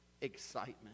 excitement